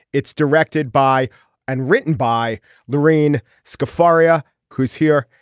it's directed by and written by lorraine scott faria who's here.